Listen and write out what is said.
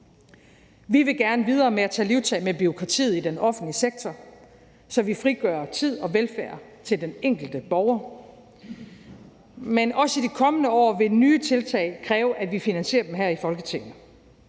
Vi vil gerne videre med at tage livtag med bureaukratiet i den offentlige sektor, så vi frigør tid og velfærd til den enkelte borger. Men også i de kommende år vil nye tiltag kræve, at vi finansierer dem her i Folketinget